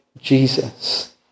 jesus